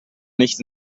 nicht